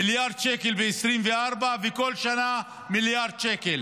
מיליארד שקל ב-2024 ובכל שנה מיליארד שקל.